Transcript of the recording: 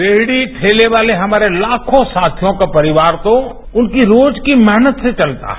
रेहड़ी ठेले वाले हमारे ताखों साथियों का परिवार तो उनकी रोज की मेहनत से चलता है